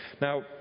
Now